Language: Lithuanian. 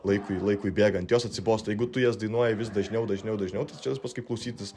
laikui laikui bėgant jos atsibosta jeigu tu jas dainuoji vis dažniau dažniau dažniau tai čia tas pats kaip klausytis